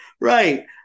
Right